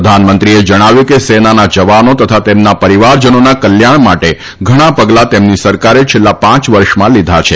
પ્રધાનમંત્રીએ જણાવ્યું કે સેનાના જવાનો તથા તેમના પરિવારજનોના કલ્યાણ માટે ઘણાં પગલાં તેમની સરકારે છેલ્લા પાંચ વર્ષમાં લીધા છે